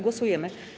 Głosujemy.